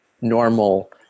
normal